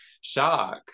shock